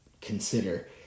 consider